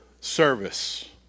service